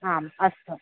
आम् अस्तु